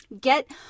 Get